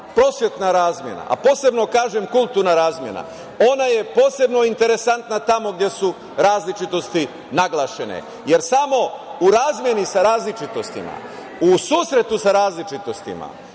prosvetna razmena, a posebno kažem, kulturna razmena, ona je posebno interesantna tamo gde su različitosti naglašene, jer samo u razmeni sa različitostima, u susretu sa različitostima